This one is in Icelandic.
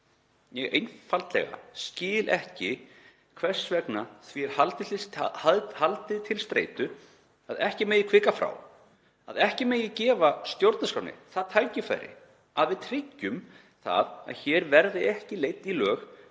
Ég einfaldlega skil ekki hvers vegna því er haldið til streitu að ekki megi hvika frá því, að ekki megi gefa stjórnarskránni það tækifæri að við tryggjum það að hér verði ekki leidd í lög